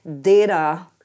data